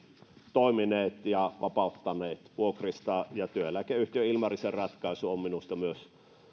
toimineet ja vapauttaneet vuokrista ja työeläkeyhtiö ilmarisen ratkaisu on minusta myös